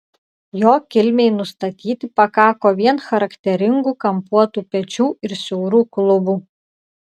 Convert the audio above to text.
jo kilmei nustatyti pakako vien charakteringų kampuotų pečių ir siaurų klubų